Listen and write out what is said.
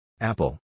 Apple